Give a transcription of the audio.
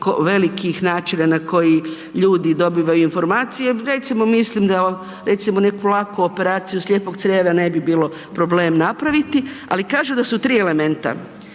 velikih načina na koji ljudi dobivaju informacije, recimo mislim da, recimo neku laku operaciju slijepo crijeva na bi bio problem napraviti ali kažu da su tri elementa.